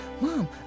Mom